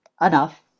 enough